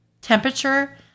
temperature